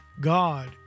God